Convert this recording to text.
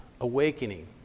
awakening